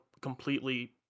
completely